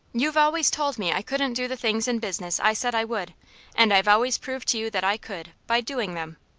you've always told me i couldn't do the things in business i said i would and i've always proved to you that i could, by doing them.